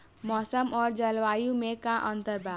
मौसम और जलवायु में का अंतर बा?